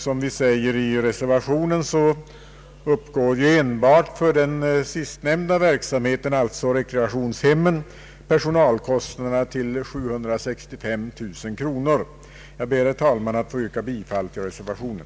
Som vi påpekar i reservationen uppgår enbart för den sistnämnda verksamheten, alltså rekreationshemmen, personalkostnaderna till 765 000 kronor. Jag ber, herr talman, att få yrka bifall till reservationen.